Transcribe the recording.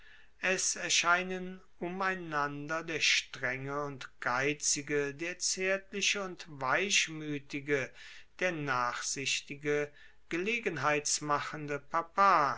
es erscheinen umeinander der strenge und geizige der zaertliche und weichmuetige der nachsichtige gelegenheitsmachende papa